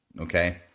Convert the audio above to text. Okay